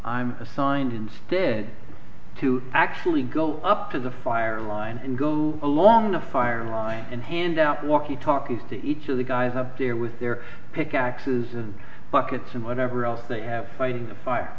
i'm assigned instead to actually go up to the fire line and go along the fire line and hand out walkie talkies to each of the guys up there with their pick axes and buckets and whatever else they have fighting the fire